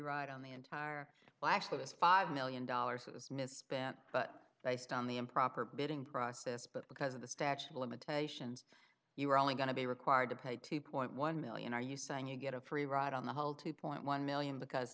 ride on the entire well actually this five million dollars is misspent but based on the improper bidding process but because of the statute of limitations you are only going to be required to pay two point one million are you saying you get a free ride on the whole two point one million because